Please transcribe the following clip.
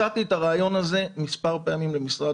הצעתי את הרעיון הזה מספר פעמים למשרד